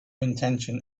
intention